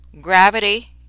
gravity